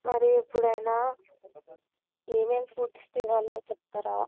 మరి ఎప్పుడైనా ఏమేం ఫుడ్స్ తినాలో చెప్తారా